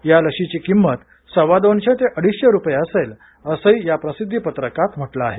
या लशीची किंमत सव्वा दोनशे ते अडीचशे रुपते असेल असही या प्रसिद्धी पत्रकात म्हटलं आहे